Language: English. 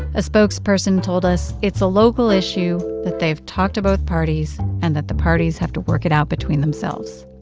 a spokesperson told us it's a local issue, that they've talked to both parties and that the parties have to work it out between themselves